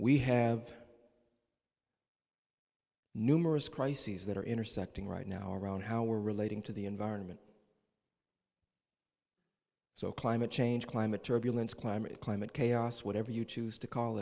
we have numerous crises that are intersecting right now around how we are relating to the environment so climate change climate turbulence climate climate chaos whatever you choose to call